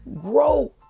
grow